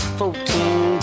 fourteen